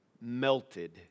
melted